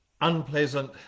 unpleasant